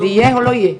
אז יהיה או לא יהיה?